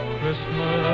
Christmas